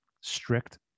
strict